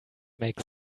make